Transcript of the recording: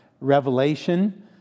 revelation